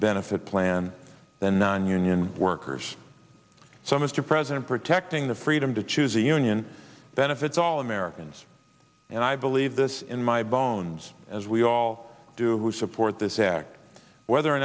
benefit plan than nonunion workers so mr president protecting the freedom to choose a union benefits all americans and i believe this in my bones as we all do we support this act whether or